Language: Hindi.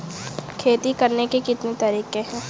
खेती करने के कितने तरीके हैं?